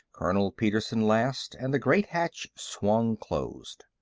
colonel petersen last, and the great hatch swung closed.